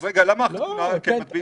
אז למה בחתונה זה כן מדביק?